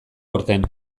aurten